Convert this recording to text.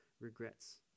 Regrets